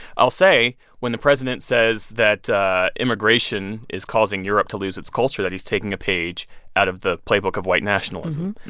i'll say when the president says that immigration is causing europe to lose its culture, that he's taking a page out of the playbook of white nationalism.